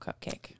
cupcake